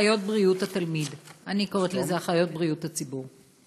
קוראת לזה אחיות בריאות הציבור.